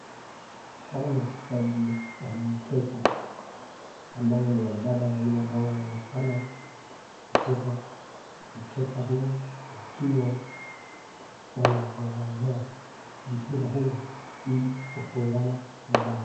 Hawa ni wachezaji wa mkeka ambao ni wanawake wawili ambao wanaonekana kucheza mkeka huo wakiwa wanang'ang'ania mpira huo ili kufunganamabao.